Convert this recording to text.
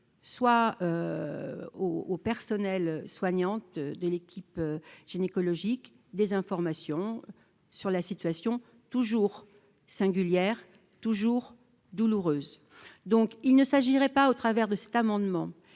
au personnel soignant de l'équipe gynécologique des informations sur leur situation, toujours singulière, toujours douloureuse. Il ne faudrait pas, au travers de cet amendement